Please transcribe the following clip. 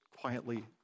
quietly